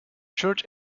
church